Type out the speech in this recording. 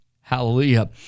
Hallelujah